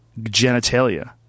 genitalia